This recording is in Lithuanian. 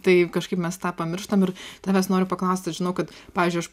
tai kažkaip mes tą pamirštam ir tavęs noriu paklausti aš žinau kad pavyzdžiui aš